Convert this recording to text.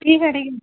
ٹھیک ہے ٹھیک